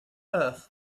earth